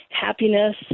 happiness